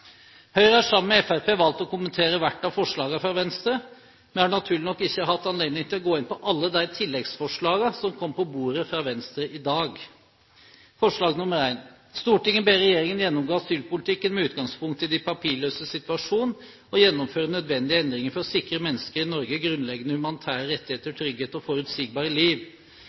Høyre har sammen med Fremskrittspartiet valgt å kommentere hvert av forslagene fra Venstre, men vi har naturlig nok ikke hatt anledning til å gå inn på alle de tilleggsforslagene som kom på bordet fra Venstre i dag. Forslag nr. 1: «Stortinget ber regjeringen gjennomgå asylpolitikken med utgangspunkt i de papirløses situasjon og gjennomføre nødvendige endringer for å sikre mennesker i Norge grunnleggende humanitære rettigheter, trygghet og forutsigbare liv.»